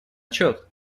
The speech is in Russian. отчет